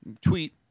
tweet